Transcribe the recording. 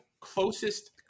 closest